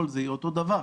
כל זה יהיה אותו דבר.